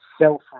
self